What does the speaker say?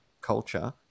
culture